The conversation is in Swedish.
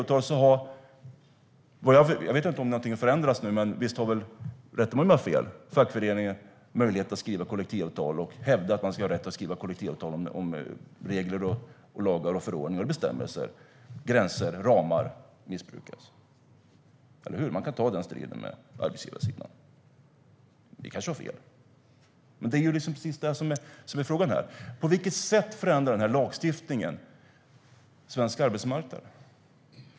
Rätta mig om jag har fel, men finns det inte kollektivavtal så har väl fackföreningar möjlighet att skriva kollektivavtal och hävda att man ska ha rätt att skriva kollektivavtal om regler, lagar, förordningar och bestämmelser om gränser och ramar missbrukas. Den striden kan man ta med arbetsgivarsidan. Ni kanske har fel. Det är precis det som är frågan här: På vilket sätt förändrar den här lagstiftningen svensk arbetsmarknad?